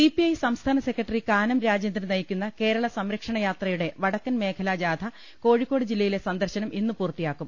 CPI സംസ്ഥാന secretary Kanam Rajendran നയിക്കുന്ന കേരള സംരക്ഷണ യാത്രയുടെ വടക്കൻ മേഖലാജാഥ കോഴിക്കോട് ജില്ലയിലെ സന്ദർശനം ഇന്ന് പൂർത്തിയാക്കും